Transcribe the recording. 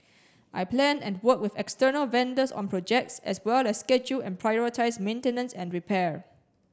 I plan and work with external vendors on projects as well as schedule and prioritise maintenance and repair